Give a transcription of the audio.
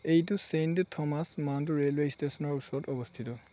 এইটো Saint Thomas Mount railway ষ্টেচনৰ ওচৰত অৱস্থিত